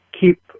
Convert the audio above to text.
keep